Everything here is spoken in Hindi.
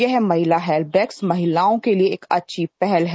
यह महिला हेल्प डेस्क महिलाओं के लिए एक अच्छी पहल है